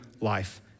life